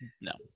No